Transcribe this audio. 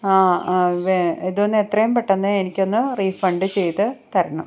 ആ അവെ ഇതൊന്ന് എത്രയും പെട്ടെന്ന് എനിക്കൊന്ന് റീഫണ്ട് ചെയ്തുതരണം